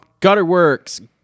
Gutterworks